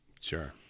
Sure